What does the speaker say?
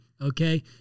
Okay